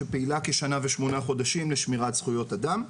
שפעילה כשנה ושמונה חודשים לשמירת זכויות אדם.